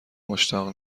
مشتاق